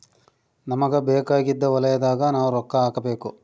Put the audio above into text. ನಮಗ ಬೇಕಾಗಿದ್ದ ವಲಯದಾಗ ನಾವ್ ರೊಕ್ಕ ಹಾಕಬೇಕು